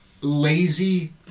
Lazy